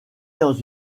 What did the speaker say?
dans